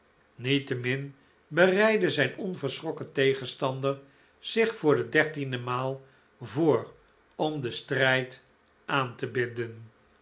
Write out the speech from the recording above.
niettemin bereidde zijn onverschrokken tegenstander zich voor de dertiende maal voor om den strijd aan te binden